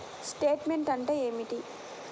Statement అంటే ఏమిటి?